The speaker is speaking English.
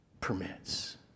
permits